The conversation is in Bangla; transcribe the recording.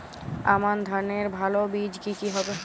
আমান ধানের ভালো বীজ কি কি হবে?